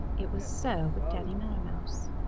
it was so with danny meadow mouse.